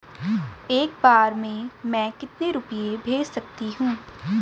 एक बार में मैं कितने रुपये भेज सकती हूँ?